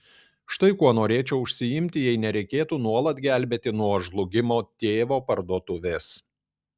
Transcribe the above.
štai kuo norėčiau užsiimti jei nereikėtų nuolat gelbėti nuo žlugimo tėvo parduotuvės